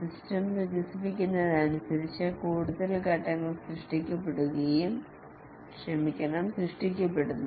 system വികസിക്കുന്നതിനനുസരിച്ച് കൂടുതൽ ഘട്ടങ്ങൾ സൃഷ്ടിക്കപ്പെടുന്നു